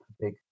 big